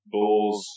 Bulls